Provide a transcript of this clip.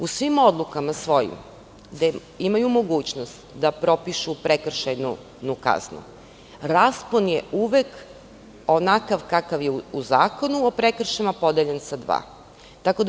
U svim odlukama, gde imaju mogućnost da propišu prekršajnu kaznu, raspon je uvek onakav kakav je u Zakonu o prekršajima podeljen sa dva.